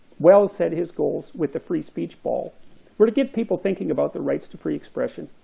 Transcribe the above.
wells said his goals with the free speech ball were to get people thinking about the rights to free expression,